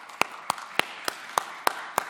(מחיאות כפיים)